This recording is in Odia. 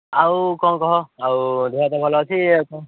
ଆଉ କ'ଣ କହ ଆଉ ଦେହ ହାତ ଭଲ ଅଛି ଆଉ କ'ଣ